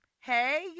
Hey